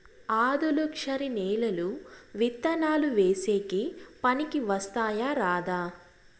ఆధులుక్షరి నేలలు విత్తనాలు వేసేకి పనికి వస్తాయా రాదా?